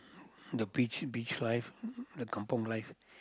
the beach beach life the kampung life